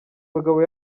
mugabo